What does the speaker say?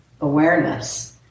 awareness